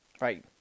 Right